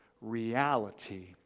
reality